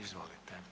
Izvolite.